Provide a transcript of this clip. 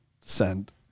Send